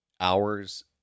hours